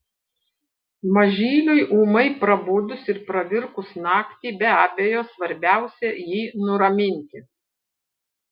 mažyliui ūmai prabudus ir pravirkus naktį be abejo svarbiausia jį nuraminti